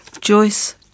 Joyce